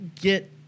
get